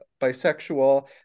bisexual